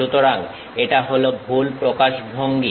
সুতরাং এটা হল ভুল প্রকাশভঙ্গি